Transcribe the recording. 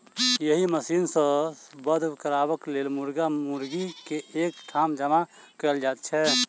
एहि मशीन सॅ वध करबाक लेल मुर्गा मुर्गी के एक ठाम जमा कयल जाइत छै